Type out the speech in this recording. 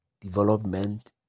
development